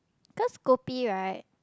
cause kopi right